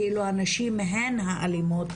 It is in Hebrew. כאילו הנשים הן האלימות,